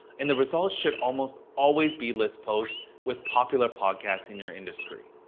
and the results should almost always be list posts with popular podcasts in your industry.